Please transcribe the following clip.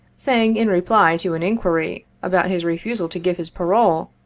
saying, in reply to an inquiry about his refusal to give his parole,